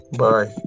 bye